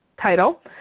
title